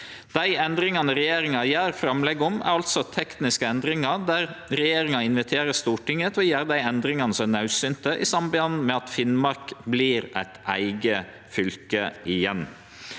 Dei endringane regjeringa gjer framlegg om, er altså tekniske endringar der regjeringa inviterer Stortinget til å gjere dei endringane som er naudsynte i samband med at Finnmark vert eit eige fylke igjen.